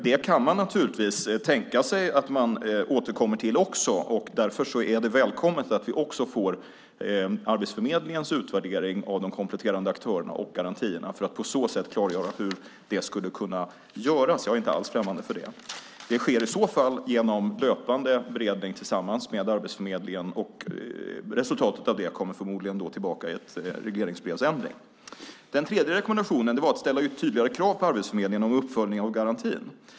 Det kan man naturligtvis tänka sig att man också återkommer till, och därför är det välkommet att vi även får Arbetsförmedlingens utvärdering av de kompletterande aktörerna och garantierna för att på så sätt klargöra hur det skulle kunna göras. Jag är inte alls främmande för det. Det sker i så fall genom löpande beredning tillsammans med Arbetsförmedlingen, och resultatet av det kommer förmodligen tillbaka i en regleringsbrevsändring. Den tredje rekommendationen var att ställa tydligare krav på Arbetsförmedlingen om uppföljningen av garantin.